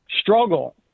struggle